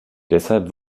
deshalb